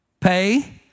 pay